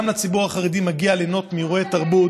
גם לציבור החרדי מגיע ליהנות מאירועי תרבות.